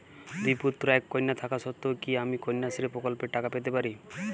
দুই পুত্র এক কন্যা থাকা সত্ত্বেও কি আমি কন্যাশ্রী প্রকল্পে টাকা পেতে পারি?